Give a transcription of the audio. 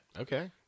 Okay